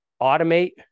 automate –